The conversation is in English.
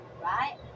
right